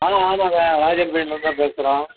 ஆமாங்க ஆமாங்க ராஜன் பெயின்ட்ஸ்லேருந்து தான் பேசுகிறோம்